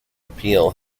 appeal